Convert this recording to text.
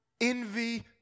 Envy